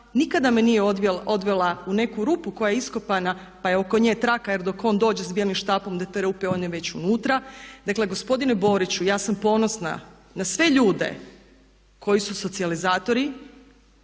nikada me nije odvela u neku rupu koja je iskopana pa je oko nje traka, jer dok on dođe s bijelim štapom do te rupe on je već unutra. Dakle, gospodine Boriću, ja sam ponosna na sve ljude koji su socijalizatori,